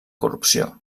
corrupció